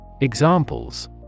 Examples